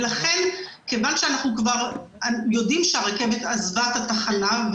מכיוון שאנחנו יודעים כבר שהרכבת עזבה את התחנה,